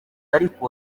ariko